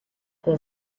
der